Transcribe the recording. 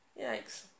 yikes